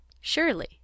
Surely